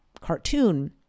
cartoon